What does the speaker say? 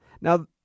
Now